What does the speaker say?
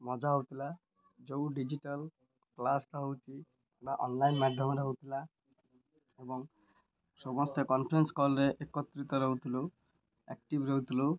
ମଜା ହେଉଥିଲା ଯେଉଁ ଡିଜିଟାଲ୍ କ୍ଲାସ୍ଟା ହେଉଛି ବା ଅନଲାଇନ୍ ମାଧ୍ୟମରେ ହେଉଥିଲା ଏବଂ ସମସ୍ତେ କନଫରେନ୍ସ କଲ୍ରେ ଏକତ୍ରିତ ରହୁଥିଲୁ ଆକ୍ଟିଭ୍ ରହୁଥିଲୁ